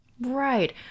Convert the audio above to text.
right